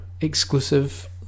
exclusive